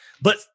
but-